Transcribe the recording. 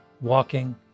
walking